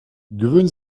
gewöhnen